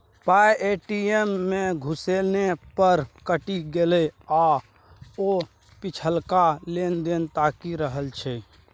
पाय ए.टी.एम मे घुसेने पर कटि गेलै आब ओ पिछलका लेन देन ताकि रहल छै